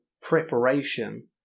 preparation